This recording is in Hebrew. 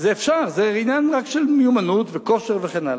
זה אפשר, זה רק עניין של מיומנות וכושר וכן הלאה.